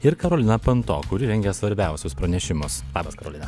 ir karolina panto kuri rengia svarbiausius pranešimus labas karolina